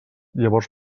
llavors